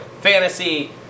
fantasy